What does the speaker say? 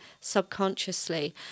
subconsciously